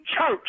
church